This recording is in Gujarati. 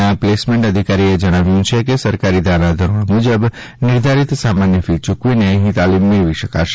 ના પ્લેસમેન્ટ અધિકારીએ જણાવ્યું છે કે સરકારી ધારાધોરણ મુજબ નિર્ધારીત સામાન્ય ફી ચૂકવીને અહીં તાલીમ મેળવા શકાશે